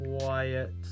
Quiet